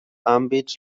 àmbits